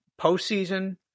postseason